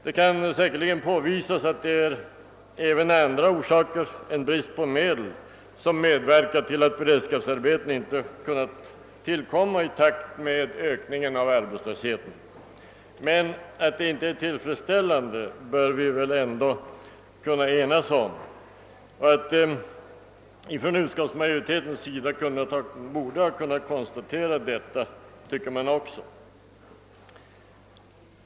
Det kan säkerligen påvisas att också andra omständigheter än brist på medel medverkar till att beredskapsarbeten inte kunnat tillkomma i takt med stegringen av arbetslösheten, men att förhållandet inte är tillfredsställande bör vi ändå kunna enas om. Även utskottsmajoriteten tycker jag borde ha kunnat konstatera detta.